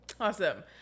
Awesome